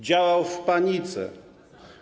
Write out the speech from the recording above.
Działał w panice.